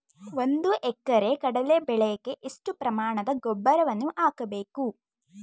ಒಂದು ಎಕರೆ ಕಡಲೆ ಬೆಳೆಗೆ ಎಷ್ಟು ಪ್ರಮಾಣದ ಗೊಬ್ಬರವನ್ನು ಹಾಕಬೇಕು?